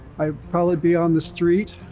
i'd probably be on the street.